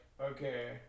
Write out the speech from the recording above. okay